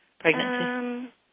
pregnancy